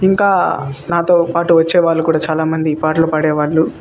ఇంకా నాతో పాటు వచ్చే వాళ్ళు కూడా చాలామంది పాటలు పాడేవాళ్ళు